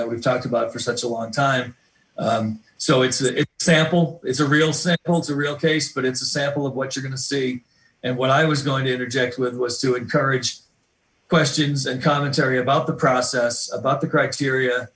that we've talked about for such a long time so it's a sample it's real simple it's a real case but it's a sample of what you're going to see and what i was going to interject with was to encourage questions and commentary about the process about the criteria